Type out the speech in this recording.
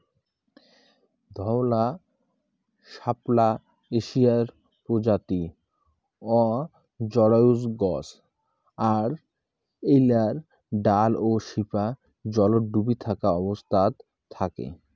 ধওলা শাপলা এশিয়ার প্রজাতি অজরায়ুজ গছ আর এ্যাইলার ডাল ও শিপা জলত ডুবি থাকা অবস্থাত থাকে